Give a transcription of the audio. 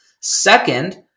Second